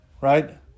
right